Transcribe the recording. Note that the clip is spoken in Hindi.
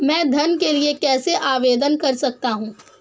मैं ऋण के लिए कैसे आवेदन कर सकता हूं?